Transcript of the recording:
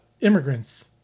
immigrants